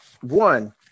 One